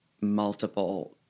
multiple